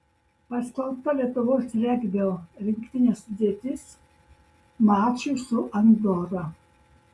paskelbta lietuvos regbio rinktinės sudėtis mačui su andora